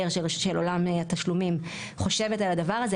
של עולם התשלומים חושבת על הדבר הזה,